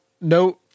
no –